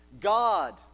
God